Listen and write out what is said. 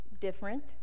different